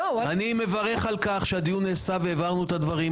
אני מברך על כך שהדיון נעשה והבהרנו את הדברים.